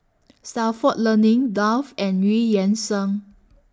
Stalford Learning Dove and EU Yan Sang